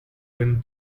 win